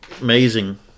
Amazing